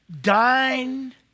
dined